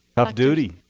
tough duty.